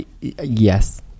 yes